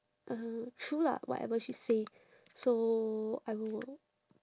uh true lah whatever she say so I will